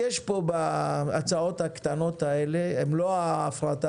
יש פה בהצעות הקטנות האלה הן לא ההפרטה